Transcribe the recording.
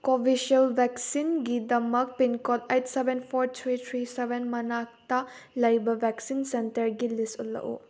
Covishield ꯚꯦꯛꯁꯤꯟꯒꯤꯗꯃꯛ pin code eight seven four three three seven ꯃꯅꯥꯛꯇ ꯂꯩꯕ ꯚꯦꯛꯁꯤꯟ ꯁꯦꯟꯇꯔꯒꯤ ꯂꯤꯁ ꯎꯠꯂꯛꯎ